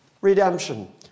redemption